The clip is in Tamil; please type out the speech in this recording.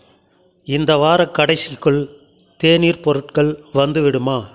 இந்த வாரக் கடைசிக்குள் தேநீர் பொருட்கள் வந்துவிடுமா